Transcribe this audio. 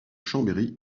chambéry